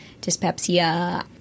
dyspepsia